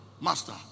Master